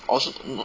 吗